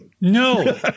no